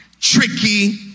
tricky